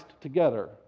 together